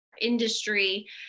industry